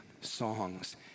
songs